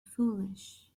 foolish